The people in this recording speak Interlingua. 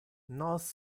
nos